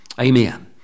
Amen